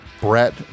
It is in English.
Brett